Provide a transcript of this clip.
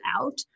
out